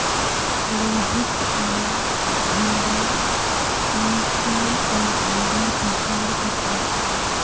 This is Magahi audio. रोहित आर भूमरा म्यूच्यूअल फंडेर प्रचार कर छेक